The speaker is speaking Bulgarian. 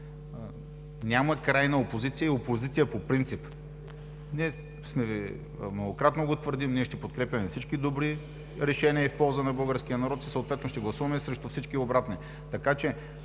няма крайна опозиция и опозиция по принцип. Ние многократно го твърдим – ще подкрепяме всички добри решения в полза на българския народ и съответно ще гласуваме срещу всички обратни.